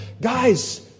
Guys